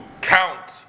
count